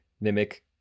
Mimic